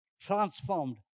transformed